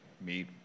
meet